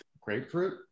Grapefruit